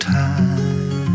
time